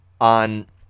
on